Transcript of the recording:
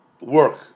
work